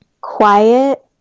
quiet